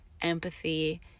empathy